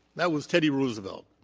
that was teddy roosevelt.